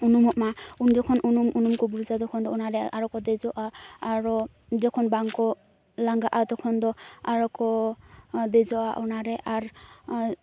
ᱩᱱᱩᱢᱚᱜᱢᱟ ᱩᱱ ᱡᱚᱠᱷᱚᱱ ᱩᱱᱩᱢ ᱩᱱᱩᱢ ᱠᱚ ᱵᱩᱡᱟ ᱛᱚᱠᱷᱚᱱ ᱫᱚ ᱚᱱᱟ ᱨᱮ ᱟᱨᱚᱠᱚ ᱫᱮᱡᱚᱜᱼᱟ ᱟᱨᱚ ᱡᱚᱠᱷᱚᱱ ᱵᱟᱝ ᱠᱚ ᱞᱟᱜᱟᱜᱼᱟ ᱛᱚᱠᱷᱚᱱ ᱫᱚ ᱟᱨᱚ ᱠᱚ ᱫᱮᱡᱚᱜᱼᱟ ᱚᱱᱟ ᱨᱮ ᱟᱨ